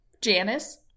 Janice